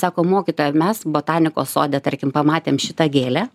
sako mokytoja mes botanikos sode tarkim pamatėm šitą gėlę